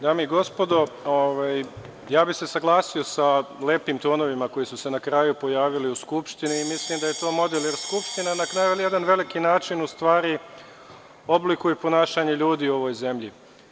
Dame i gospodo, saglasio bi se sa lepim tonovima koji su se na kraju pojavili u Skupštini i mislim da je to model, jer Skupština na kraju na jedan veliki način u stvari oblikuje i ponašanje ljudi u ovoj zemlji.